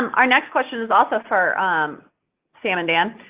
our next question is also for um sam and dan.